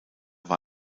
war